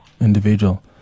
Individual